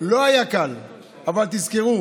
לא היה קל אבל תזכרו: